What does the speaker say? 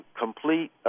complete